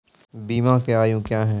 बीमा के आयु क्या हैं?